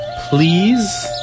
please